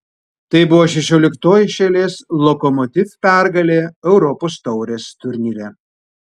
tai buvo šešioliktoji iš eilės lokomotiv pergalė europos taurės turnyre